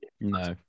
No